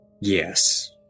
Yes